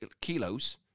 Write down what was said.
kilos